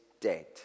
dead